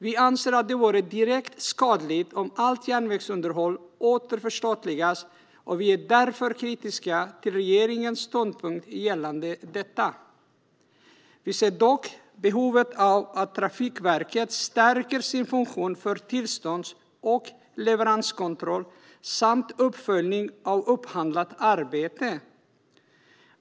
Vi anser att det vore direkt skadligt om allt järnvägsunderhåll återförstatligades. Vi är därför kritiska till regeringens ståndpunkt gällande detta. Vi ser dock behovet av att Trafikverket stärker sin funktion för tillstånds och leveranskontroll samt uppföljning av upphandlat arbete.